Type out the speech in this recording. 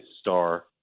star